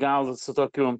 gal su tokiu